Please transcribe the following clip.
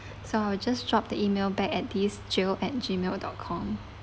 so I will just drop the email back at these jill at G mail dot com